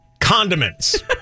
Condiments